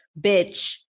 bitch